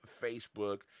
Facebook